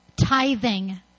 tithing